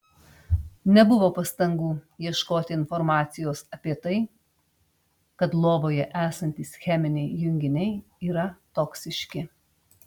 nebuvo pastangų ieškoti informacijos apie tai kad lovoje esantys cheminiai junginiai yra toksiški